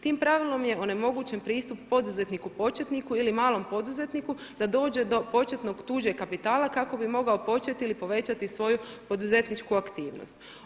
Tim pravilom je onemogućen pristup poduzetniku početniku ili malom poduzetniku da dođe do početnog tuđeg kapitala kako bi mogao početi ili povećati svoju poduzetničku aktivnost.